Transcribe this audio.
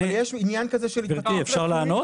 אבל יש עניין של --- גברתי, אפשר לענות?